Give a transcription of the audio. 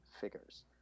figures